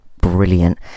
brilliant